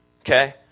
okay